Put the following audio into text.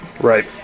Right